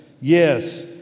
yes